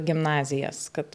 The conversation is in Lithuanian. gimnazijas kad